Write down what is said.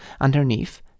Underneath